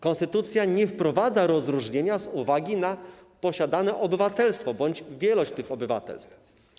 Konstytucja nie wprowadza rozróżnienia z uwagi na posiadane obywatelstwo bądź wielość obywatelstw.